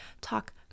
talk